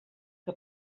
que